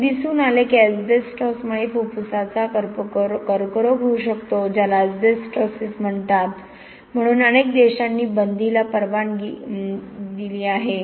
असे दिसून आले की एस्बेस्टोसमुळे फुफ्फुसाचा कर्करोग होऊ शकतो ज्याला एस्बेस्टोसिस म्हणतात म्हणून अनेक देशांनी बंदी ला परवानगी दिली आहे